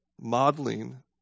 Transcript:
modeling